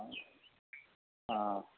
आर की आछे